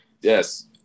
Yes